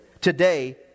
today